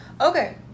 okay